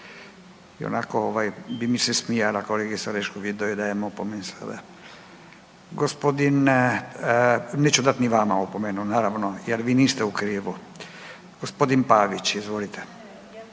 ovaj bi mi se smijala kolegica Orešković da joj dajem opomenu sada. Gospodin, neću dat ni vama opomenu naravno jer vi niste u krivu. Gospodin Pavić, izvolite.